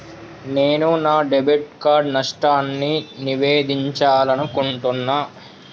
నేను నా debit card నష్టాన్ని నివేదించాలనుకుంటున్నా